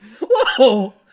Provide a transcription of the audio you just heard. whoa